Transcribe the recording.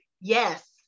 Yes